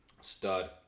Stud